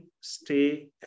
stay